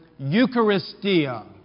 Eucharistia